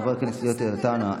חבר הכנסת יוסף עטאונה,